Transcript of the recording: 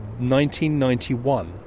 1991